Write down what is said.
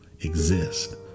exist